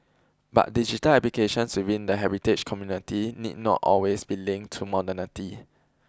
but digital applications within the heritage community need not always be linked to modernity